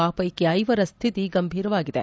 ಆ ಪೈಕಿ ಐವರ ಸ್ವಿತಿ ಗಂಭೀರವಾಗಿದೆ